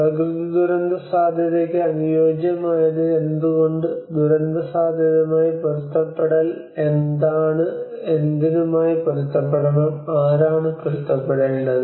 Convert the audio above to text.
പ്രകൃതി ദുരന്തസാധ്യതയ്ക്ക് അനുയോജ്യമായത് എന്തുകൊണ്ട് ദുരന്തസാധ്യതയുമായി പൊരുത്തപ്പെടൽ എന്താണ് എന്തിനുമായി പൊരുത്തപ്പെടണം ആരാണ് പൊരുത്തപ്പെടേണ്ടത്